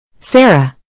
Sarah